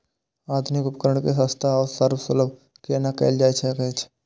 आधुनिक उपकण के सस्ता आर सर्वसुलभ केना कैयल जाए सकेछ?